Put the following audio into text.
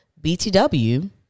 BTW